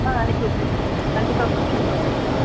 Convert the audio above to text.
ஆ அனுப்பிவிட்ருங்கம்மா கண்டிப்பாக ஃபங்க்ஷனுக்கு வந்துடுங்க